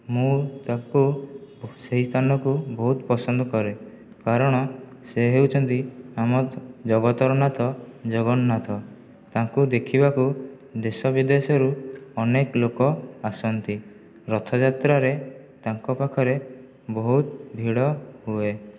ମୁଁ ତାକୁ ସେହି ସ୍ଥାନକୁ ବହୁତ ପସନ୍ଦ କରେ କାରଣ ସେ ହେଉଛନ୍ତି ଆମ ଜଗତର ନାଥ ଜଗନ୍ନାଥ ତାଙ୍କୁ ଦେଖିବାକୁ ଦେଶବିଦେଶରୁ ଅନେକ ଲୋକ ଆସନ୍ତି ରଥଯାତ୍ରାରେ ତାଙ୍କ ପାଖରେ ବହୁତ ଭିଡ଼ ହୁଏ